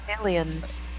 Aliens